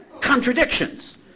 contradictions